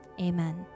Amen